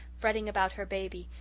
fretting about her baby,